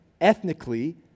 ethnically